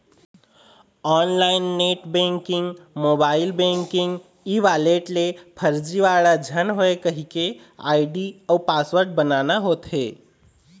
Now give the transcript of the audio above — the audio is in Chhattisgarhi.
online net banking, mobile banking, e wallet ले फरजीवाड़ा झन होए कहिके आईडी अउ पासवर्ड बनाना होथे